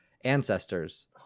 ancestors